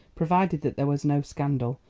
provided that there was no scandal,